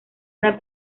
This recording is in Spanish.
una